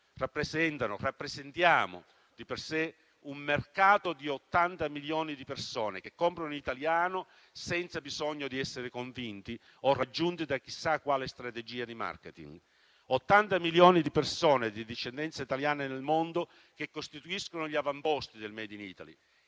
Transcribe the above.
rappresentano (rappresentiamo) di per sé un mercato di 80 milioni di persone, che comprano italiano senza bisogno di essere convinte o raggiunte da chissà quale strategia di *marketing*; 80 milioni di persone di discendenza italiana nel mondo, che costituiscono gli avamposti del *made in Italy*,